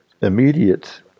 Immediate